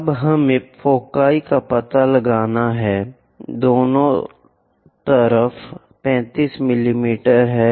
अब हमें फोकी का पता लगाना है जो दोनों तरफ 35 मिमी पर है